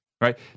right